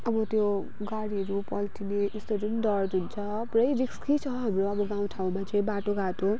अब त्यो गाडीहरू पल्टिने त्यस्तोहरू डर हुन्छ पुरै रिस्की छ हाम्रो अब गाउँ ठाउँमा चाहिँ बाटो घाटो